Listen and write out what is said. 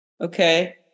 Okay